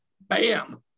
bam